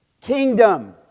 kingdom